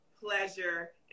pleasure